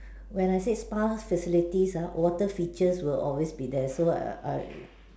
when I said spa facilities uh water features will always be there so err I